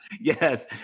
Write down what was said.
Yes